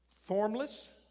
formless